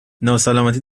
ناسلامتی